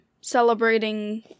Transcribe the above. celebrating